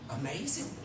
amazing